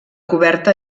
coberta